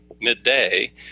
midday